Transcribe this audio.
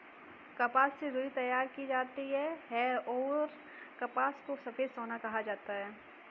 कपास से रुई तैयार की जाती हैंऔर कपास को सफेद सोना कहा जाता हैं